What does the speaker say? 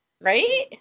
Right